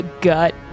gut